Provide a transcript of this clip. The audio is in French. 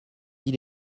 dit